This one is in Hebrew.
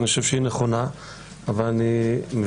אני חושב שהיא נכונה.